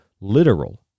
literal